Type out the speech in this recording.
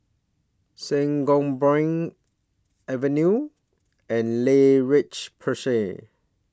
Sangobion Avene and La Roche Porsay